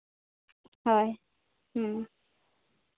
ᱦᱳᱭ ᱦᱮᱸ